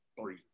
three